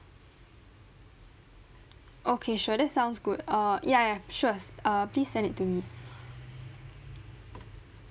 okay sure that sounds good err ya ya sure err please send it to me